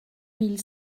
mille